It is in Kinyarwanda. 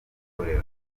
itorero